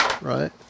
right